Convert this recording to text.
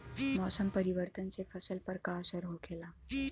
मौसम परिवर्तन से फसल पर का असर होखेला?